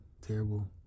terrible